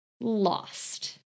Lost